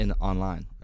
Online